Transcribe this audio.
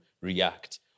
react